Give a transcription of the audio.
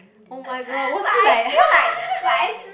oh-my-god was he like